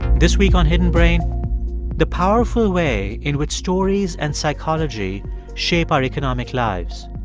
this week on hidden brain the powerful way in which stories and psychology shape our economic lives,